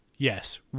Yes